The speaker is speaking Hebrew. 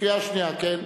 בקריאה שנייה, כן.